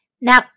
Now